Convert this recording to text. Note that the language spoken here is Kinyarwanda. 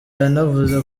yanavuze